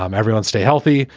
um everyone stay healthy.